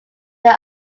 they